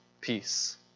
peace